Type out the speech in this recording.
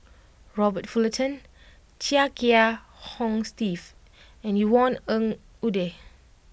Robert Fullerton Chia Kiah Hong Steve and Yvonne Ng Uhde